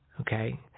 Okay